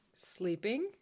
Sleeping